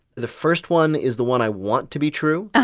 the first one is the one i want to be true,